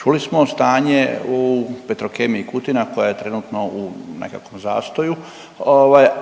Čuli smo stanje u Petrokemiji Kutina koja je trenutno u nekakvom zastoju,